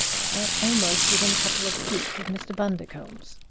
but almost within a couple of feet of mr. bundercombe's.